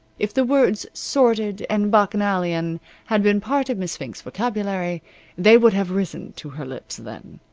if the words sordid and bacchanalian had been part of miss fink's vocabulary they would have risen to her lips then.